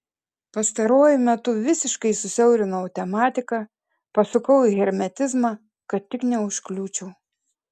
pastaruoju metu visiškai susiaurinau tematiką pasukau į hermetizmą kad tik neužkliūčiau